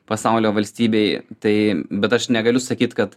pasaulio valstybėj tai bet aš negaliu sakyt kad